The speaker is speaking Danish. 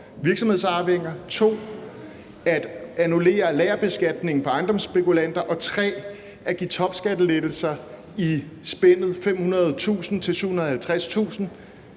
virksomhedsarvinger, 2) at annullere lagerbeskatningen for ejendomsspekulanter og 3) at give topskattelettelser i spændet 500.000-750.000